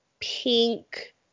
pink